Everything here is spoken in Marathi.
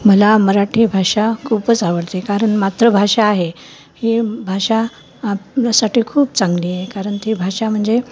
मला मराठी भाषा खूपच आवडते कारण मातृभाषा आहे ही भाषा आपसाठी खूप चांगली आहे कारण ती भाषा म्हणजे